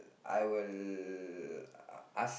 I will ask